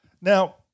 Now